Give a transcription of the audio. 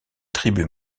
tribus